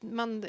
man